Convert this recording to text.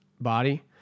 body